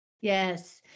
Yes